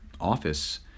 office